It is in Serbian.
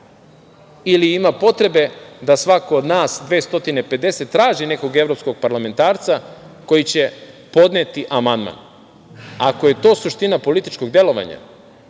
ili ima potrebe da svako od nas 250 traži nekog evropskog parlamentarca koji će podneti amandman. Ako je to suština političkog delovanja,